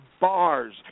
bars